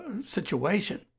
situation